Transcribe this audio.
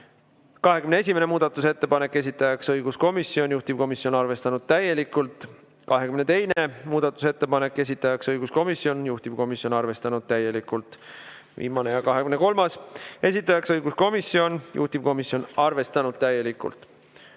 21. muudatusettepanek, esitajaks õiguskomisjon, juhtivkomisjon on arvestanud täielikult. 22. muudatusettepanek, esitajaks õiguskomisjon, juhtivkomisjon on arvestanud täielikult. Viimane, 23., esitajaks õiguskomisjon, juhtivkomisjon on arvestanud täielikult.